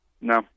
No